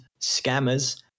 scammers